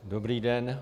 Dobrý den.